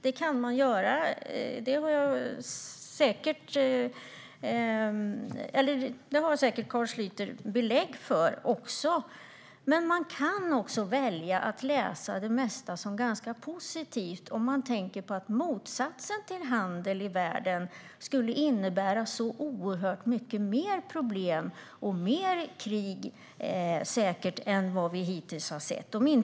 Det har säkert Carl Schlyter belägg för. Men man kan också välja att läsa det mesta positivt, om man tänker på att motsatsen till handel i världen skulle innebära så oerhört mycket mer problem och fler krig än vad vi hittills har sett.